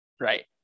right